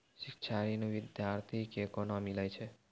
शिक्षा ऋण बिद्यार्थी के कोना मिलै छै?